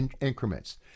increments